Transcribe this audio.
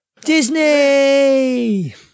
Disney